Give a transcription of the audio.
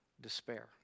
Despair